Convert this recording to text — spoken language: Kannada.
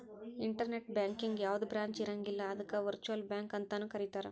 ಇನ್ಟರ್ನೆಟ್ ಬ್ಯಾಂಕಿಗೆ ಯಾವ್ದ ಬ್ರಾಂಚ್ ಇರಂಗಿಲ್ಲ ಅದಕ್ಕ ವರ್ಚುಅಲ್ ಬ್ಯಾಂಕ ಅಂತನು ಕರೇತಾರ